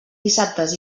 dissabtes